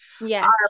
Yes